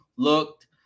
looked